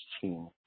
team